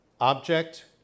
object